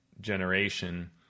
generation